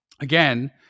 Again